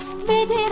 baby